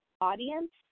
audience